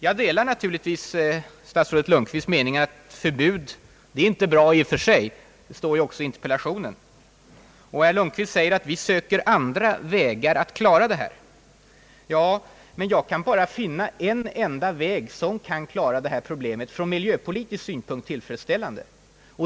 Jag delar naturligtvis statsrådet Lundkvists mening att förbud inte är bra »i och för sig», och det står ju också i interpellationen. Herr Lundkvist säger att vi ska söka andra vägar att klara problemet. Men jag kan bara finna en enda väg att tillfredsställande lösa det här problemet från miljöpolitisk synpunkt.